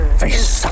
face